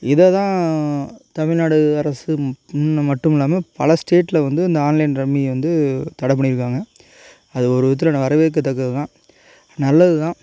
இதை தான் தமிழ்நாடு அரசு மின்னம் மட்டும் இல்லாமல் பல ஸ்டேட்டில வந்து இந்த ஆன்லைன் ரம்மியை வந்து தடை பண்ணிருக்காங்க அது ஒரு விதத்தில் வரவேற்கத்தக்கது தான் நல்லது தான்